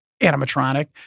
animatronic